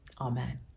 Amen